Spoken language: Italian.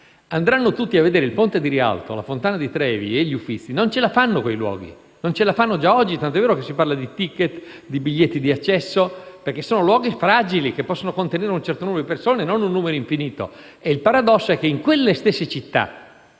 andranno tutti a vedere il Ponte di Rialto, la Fontana di Trevi e gli Uffizi, quei luoghi non ce la faranno. Non ce la fanno già oggi tanto è vero che si parla di *ticket* e di biglietti di accesso perché sono luoghi fragili che possono contenere un certo numero di persone e non un numero infinito. E il paradosso è che in quelle stesse città,